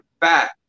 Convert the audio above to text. fat